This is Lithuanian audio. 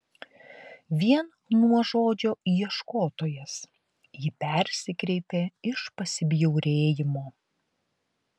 vien nuo žodžio ieškotojas ji persikreipė iš pasibjaurėjimo